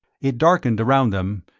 it darkened around them,